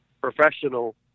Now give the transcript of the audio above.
professional